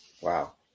Wow